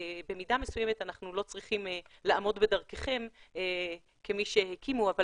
במידה מסוימת אנחנו לא צריכים לעמוד בדרככם כמי שהקימו אבל